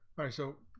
by so